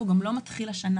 הוא גם לא מתחיל השנה,